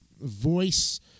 voice